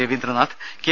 Ravindranath K